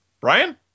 Brian